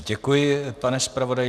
Děkuji, pane zpravodaji.